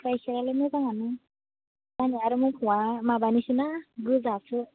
गाइखेरालाय मोजाङानो जोंहानिया आरो मोसौआ माबानिसोना गोजासो